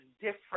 different